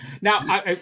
Now